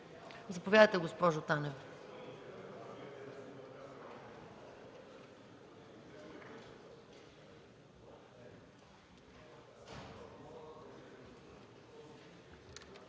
Заповядайте, госпожо Танева.